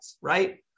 right